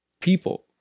people